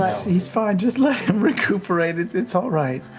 he's fine. just let him recuperate, it's it's all right.